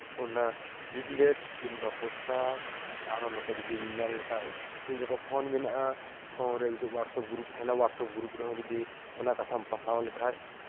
ᱚᱱᱟ ᱞᱤᱯᱷᱞᱮᱴ ᱠᱤᱢᱵᱟ ᱯᱳᱥᱴᱟᱨ ᱟᱨᱚ ᱱᱚᱛᱮ ᱡᱩᱫᱤᱢ ᱢᱮᱱ ᱞᱮᱠᱷᱟᱱ ᱛᱤᱦᱤᱧ ᱜᱟᱯᱟ ᱯᱷᱳᱱ ᱢᱮᱱᱟᱜᱼᱟ ᱯᱷᱳᱱ ᱨᱮ ᱡᱩᱫᱤ ᱦᱳᱣᱟᱴᱟᱥᱮᱯ ᱜᱨᱩᱯ ᱛᱟᱦᱮᱱᱟ ᱜᱨᱩᱯ ᱨᱮᱦᱚᱸ ᱡᱩᱫᱤ ᱚᱱᱟ ᱠᱟᱛᱷᱟᱢ ᱯᱟᱥᱱᱟᱣ ᱞᱮᱠᱷᱟᱱ